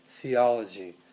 theology